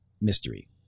mystery